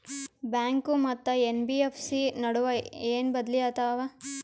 Bank ಮತ್ತ NBFC ನಡುವ ಏನ ಬದಲಿ ಆತವ?